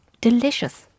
Delicious